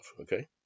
okay